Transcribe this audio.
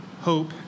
hope